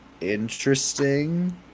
Interesting